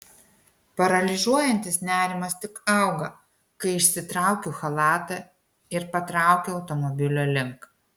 paralyžiuojantis nerimas tik auga kai išsitraukiu chalatą ir patraukiu automobilio link